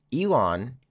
Elon